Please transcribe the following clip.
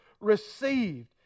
received